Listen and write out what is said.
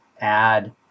add